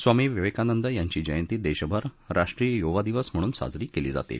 स्वामी विवेकानंद यांची जयंती देशभर राष्ट्रीय युवा दिवस म्हणून साजरी केली जाते